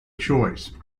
choice